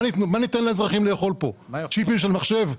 מה ניתן לאזרחים לאכול פה, צ'יפים של מחשב?